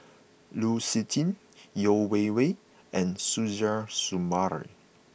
Lu Suitin Yeo Wei Wei and Suzairhe Sumari